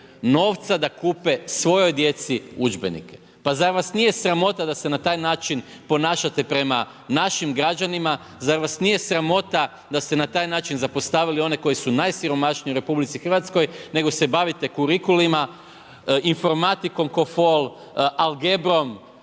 novca da kupe svojoj djeci udžbenike. Pa zar vas nije sramota da se na taj način ponašate prema našim građanima, zar vas nije sramota da se na taj način zapostavili one koji su najsiromašniji u RH, nego se bavite kurikulima, informatikom ko fol, algebrom,